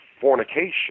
fornication